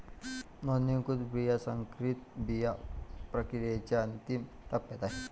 नोंदणीकृत बिया संकरित बिया प्रक्रियेच्या अंतिम टप्प्यात आहेत